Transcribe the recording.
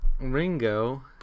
Ringo